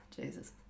Jesus